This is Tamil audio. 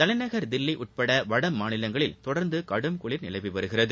தலைநகர் தில்லி உட்பட வடமாநிலங்களில் தொடர்ந்து கடும் குளிர் நிலவி வருகிறது